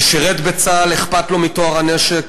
ושירת בצה"ל, אכפת לו מטוהר הנשק.